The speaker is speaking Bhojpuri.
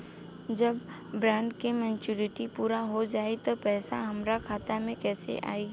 जब बॉन्ड के मेचूरिटि पूरा हो जायी त पईसा हमरा खाता मे कैसे आई?